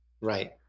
Right